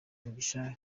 mugisha